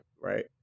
right